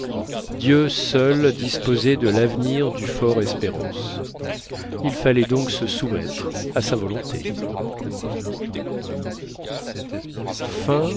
dieu seul disposait de l'avenir du fort espérance il fallait donc se soumettre à sa volonté